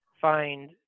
find